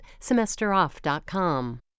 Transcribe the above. semesteroff.com